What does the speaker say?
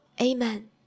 Amen